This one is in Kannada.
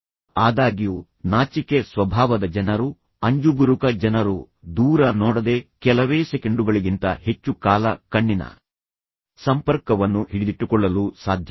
ಆದಾಗ್ಯೂ ನಾಚಿಕೆ ಸ್ವಭಾವದ ಜನರು ಅಂಜುಬುರುಕ ಜನರು ದೂರ ನೋಡದೆ ಕೆಲವೇ ಸೆಕೆಂಡುಗಳಿಗಿಂತ ಹೆಚ್ಚು ಕಾಲ ಕಣ್ಣಿನ ಸಂಪರ್ಕವನ್ನು ಹಿಡಿದಿಟ್ಟುಕೊಳ್ಳಲು ಸಾಧ್ಯವಿಲ್ಲ